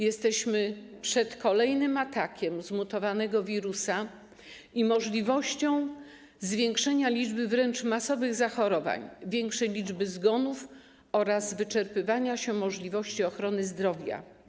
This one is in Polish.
Jesteśmy przed kolejnym atakiem zmutowanego wirusa i możliwością zwiększenia liczby wręcz masowych zachorowań, większą liczbą zgonów oraz wyczerpywaniem się możliwości ochrony zdrowia.